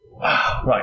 Right